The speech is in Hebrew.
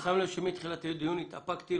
אתה שם לב שמתחילת הדיון התאפקתי,